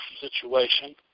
situation